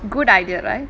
good idea right